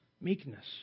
meekness